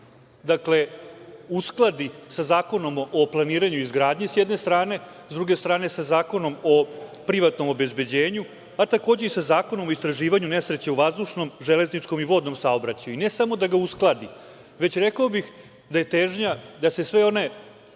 dakle uskladi sa Zakonom o planiranju i izgradnji s jedne strane, s druge strane sa Zakonom o privatnom obezbeđenju, a takođe i sa Zakonom u istraživanju nesreće u vazdušnom železničkom i vodnom saobraćaju i ne samo da ga uskladi, već rekao bih da je težnja da se sva ona